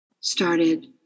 started